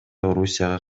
орусияга